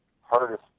hardest